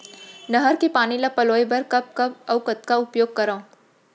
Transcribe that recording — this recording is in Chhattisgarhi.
नहर के पानी ल पलोय बर कब कब अऊ कतका उपयोग करंव?